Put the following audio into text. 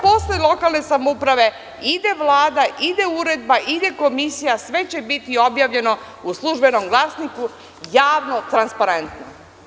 Posle lokalne samouprave ide Vlada, ide uredba, ide komisija, sve će biti objavljeno u „Službenom glasniku“, javno, transparentno.